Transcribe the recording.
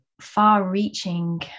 far-reaching